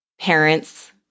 Parents